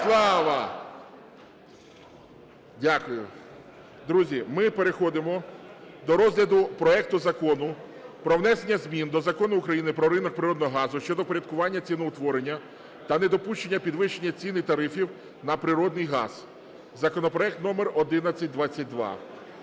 Дякую. Друзі, ми переходимо до розгляду проекту Закону про внесення змін до Закону України "Про ринок природного газу" щодо впорядкування ціноутворення та недопущення підвищення цін і тарифів на природний газ (законопроект номер 1122).